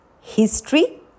history